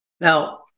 Now